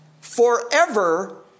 forever